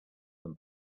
them